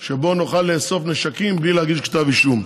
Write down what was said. יהיה פה איזה מבצע שבו נוכל לאסוף נשקים בלי להגיש כתב אישום.